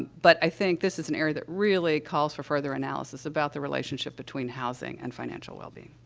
but i think this is an area that really calls for further analysis about the relationship between housing and financial wellbeing.